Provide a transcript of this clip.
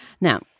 Now